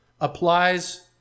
applies